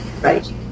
Right